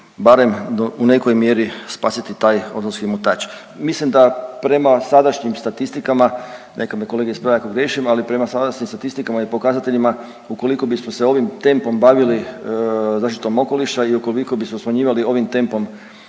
barem u nekoj mjeri spasiti taj ozonski omotač. Mislim da prema sadašnjim statistikama, neka me kolege isprave ako griješim, ali prema sadašnjim statistikama i pokazateljima ukoliko bismo se ovim tempom bavili zaštitom okoliša i ukoliko bismo smanjivali ovim tempom